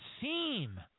seem